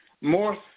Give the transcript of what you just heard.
more